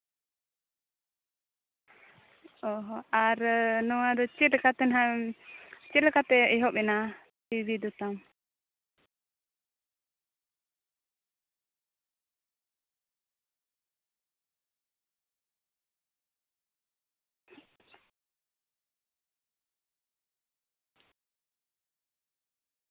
ᱚᱸᱻ ᱦᱚᱸ ᱟᱨ ᱱᱚᱣᱟ ᱨᱮ ᱪᱮᱫ ᱞᱮᱠᱟ ᱛᱮ ᱱᱟᱦᱟᱜ ᱮᱢ ᱪᱮ ᱞᱮᱠᱟᱛᱮ ᱮᱦᱚᱵ ᱮᱱᱟ ᱴᱤᱵᱷᱤ ᱫᱚ ᱛᱟᱢ